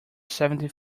seventy